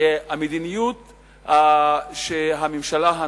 שהמדיניות שהממשלה הנוכחית,